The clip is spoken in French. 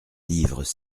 livres